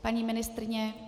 Paní ministryně?